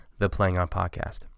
theplayingonpodcast